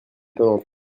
étonnante